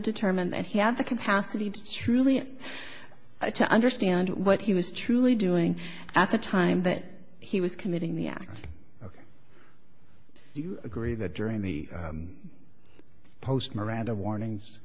determine that he had the capacity to truly to understand what he was truly doing at the time that he was committing the act you agree that during the post miranda warnings